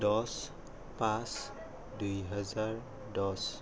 দহ পাঁচ দুই হাজাৰ দহ